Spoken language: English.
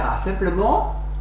Simplement